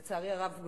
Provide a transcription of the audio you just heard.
לצערי הרב,